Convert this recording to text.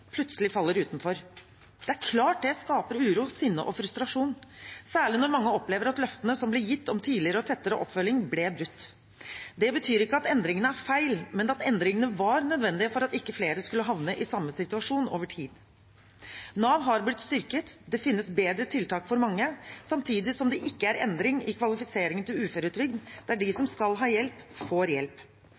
plutselig faller utenfor. Det er klart det skaper uro, sinne og frustrasjon, særlig når mange opplever at løftene som ble gitt om tidligere og tettere oppfølging, ble brutt. Det betyr ikke at endringene er feil, men at endringene var nødvendige for at ikke flere skulle havne i samme situasjon over tid. Nav har blitt styrket, det finnes bedre tiltak for mange, samtidig som det ikke er en endring i kvalifiseringen til uføretrygd, der de som skal ha hjelp, får hjelp.